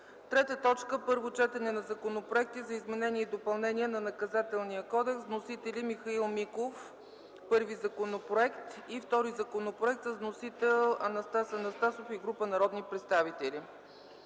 2012 г. 3. Първо четене на законопроекти за изменение и допълнение на Наказателния кодекс. Вносители – Михаил Миков, първи законопроект, и втори законопроект – вносители Анастас Анастасов и група народни представители.